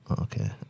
Okay